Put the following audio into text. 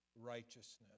righteousness